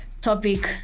topic